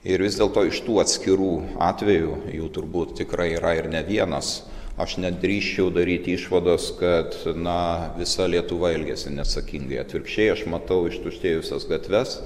ir vis dėlto iš tų atskirų atvejų jų turbūt tikrai yra ir ne vienas aš nedrįsčiau daryti išvados kad na visa lietuva elgiasi neatsakingai atvirkščiai aš matau ištuštėjusias gatves